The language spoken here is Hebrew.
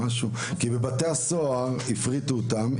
כי בבתי הסוהר הפריטו אותם,